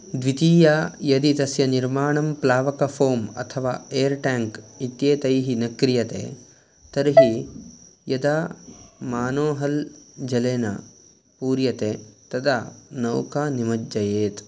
द्वितीया यदि तस्य निर्माणं प्लावक फ़ोम् अथवा एर् टेङ्क् इत्येतैः न क्रियते तर्हि यदा मानोहल् जलेन पूर्यते तदा नौका निमज्जयेत्